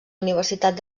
universitat